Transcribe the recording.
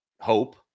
hope